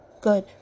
Good